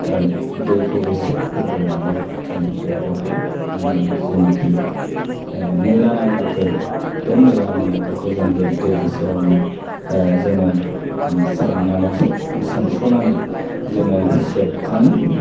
दैखौ एसे होग्रोनानै जोङो बे गस्ला आंनि जिनिखि मैला नांनायफोर बे मैला नांनायफोरखौ जों बे दै एसेयावनो जोङो सोमनानै सोमस्रनानै जोङो सेबखाङो